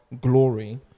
glory